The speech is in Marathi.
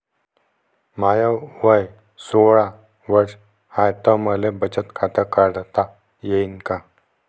माय वय सोळा वर्ष हाय त मले बचत खात काढता येईन का?